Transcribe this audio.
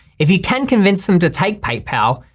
if you can convince them to take paypal,